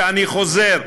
ואני חוזר: